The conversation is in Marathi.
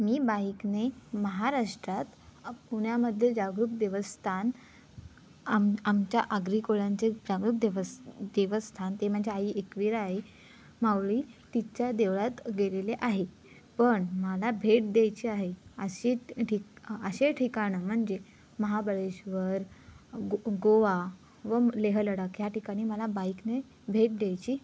मी बाईकने महाराष्ट्रात पुण्यामध्ये जागरूक देवस्थान आम आमच्या आग्री कोळ्यांचे जागरूक देवस देवस्थान ते म्हणजे आई एकविरा आई माऊली तिच्या देवळात गेलेले आहे पण मला भेट द्यायची आहे अशी ठीक अशे ठिकाणं म्हणजे महाबळेश्वर गो गोवा व लेह लडाख या ठिकाणी मला बाईकने भेट द्यायची